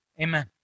Amen